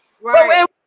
Right